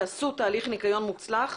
שעשו תהליך ניקיון מוצלח,